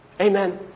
Amen